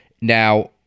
Now